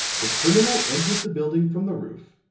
the criminal entered the building from the roof,